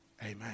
Amen